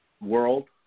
world